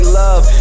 love